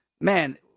man